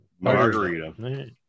margarita